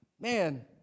man